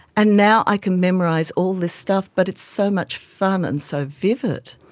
and now i can memorise all this stuff, but it's so much fun and so vivid.